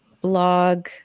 blog